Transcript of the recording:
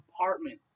apartment